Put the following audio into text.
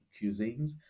cuisines